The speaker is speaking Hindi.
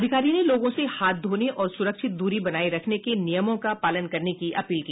अधिकारी ने लोगों से हाथ धोने और सुरक्षित दूरी बनाए रखने के नियमों का पालन करने की अपील की